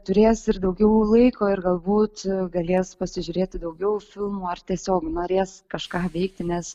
turės ir daugiau laiko ir galbūt galės pasižiūrėti daugiau filmų ar tiesiog norės kažką veikti nes